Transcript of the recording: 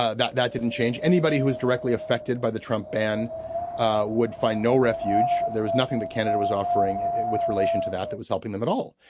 ah that that didn't change anybody who was directly affected by the trump ban would find no refuge. there was nothing that candidate was offering with relation to that that was helping them at all.